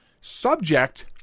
subject